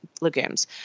legumes